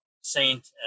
saint